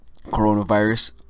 coronavirus